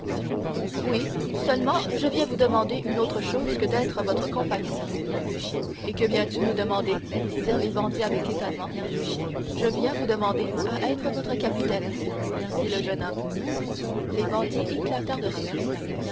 oui seulement je viens vous demander une autre chose que d'être votre compagnon et que viens-tu nous demander dirent les bandits avec étonnement je viens vous demander à être votre capitaine dit le jeune homme les bandits éclatèrent de rire